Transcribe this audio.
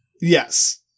Yes